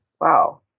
wow